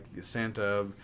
Santa